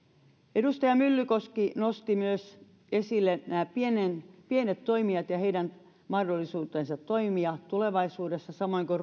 edustaja myllykoski nosti esille myös pienet toimijat ja heidän mahdollisuutensa toimia tulevaisuudessa samoin kuin